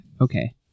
Okay